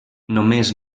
només